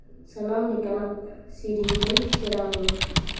ᱥᱟᱱᱟᱢ ᱞᱮᱠᱟᱱᱟᱜ ᱥᱮᱨᱮᱧ ᱜᱮᱭ ᱥᱮᱬᱟ ᱟᱹᱧᱟᱹ